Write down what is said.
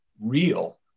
real